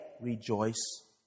rejoice